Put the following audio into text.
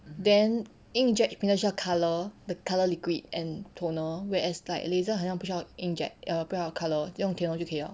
then ink jet printer 就需要 colour the colour liquid and toner whereas like laser 很像不需要 inkjet err 不要 colour 用 toner 就可以 liao